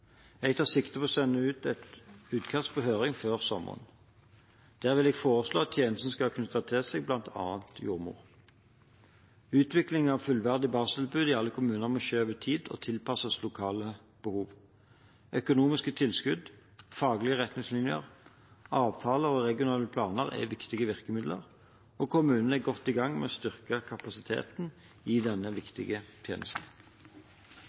Jeg tar sikte på å sende et utkast på høring før sommeren. Der vil jeg foreslå at tjenesten skal ha knyttet til seg bl.a. jordmor. Utvikling av et fullverdig barseltilbud i alle kommuner må skje over tid og tilpasses lokale behov. Økonomiske tilskudd, faglige retningslinjer, avtaler og regionale planer er viktige virkemidler, og kommunene er godt i gang med å styrke kapasiteten i denne viktige tjenesten.